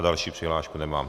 Další přihlášku nemám.